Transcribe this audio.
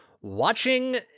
watching